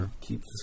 keep